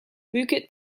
bukit